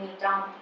down